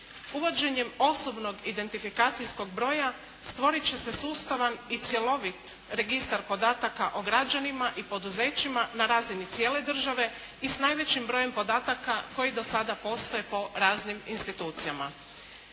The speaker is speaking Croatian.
Uvođenjem osobnog identifikacijskog broja stvoriti će se sustavan i cjelovit registar podataka o građanima i poduzećima na razini cijele države i s najvećim brojem podataka koji do sada postoje po raznim institucijama.